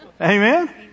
Amen